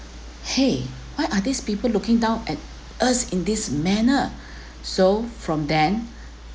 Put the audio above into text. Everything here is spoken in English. !hey! why are these people looking down at us in this manner so from then